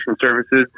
services